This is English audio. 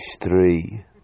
three